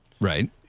Right